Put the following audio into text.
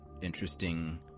interesting